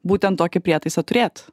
būtent tokį prietaisą turėt